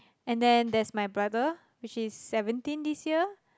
and then there's my brother which is seventeen this year